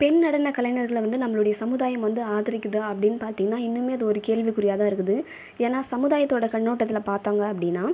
பெண் நடனக்கலைஞர்களை வந்து நம்மளுடைய சமுதாயம் வந்து ஆதரிக்குதா அப்படின்னு பார்த்தீங்கன்னா இன்னுமே இது ஒரு கேள்விகுறியாக தான் இருக்குது ஏன்னால் சமுதாயத்தோடய கண்நோட்டத்தில் பார்த்தாங்கள் அப்படின்னா